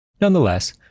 Nonetheless